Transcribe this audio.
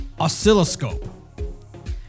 oscilloscope